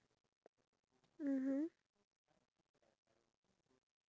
or maybe the government or people of higher authority